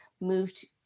moved